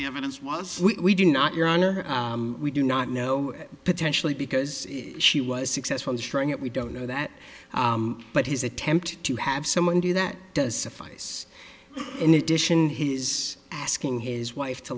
the evidence was we do not your honor we do not know potentially because she was successful destroying it we don't know that but his attempt to have someone do that does fice in addition his asking his wife to